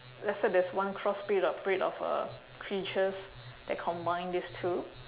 let's say there's one cross breed of breed of uh creatures that combine these two